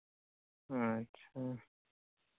ᱟᱪᱪᱷᱟ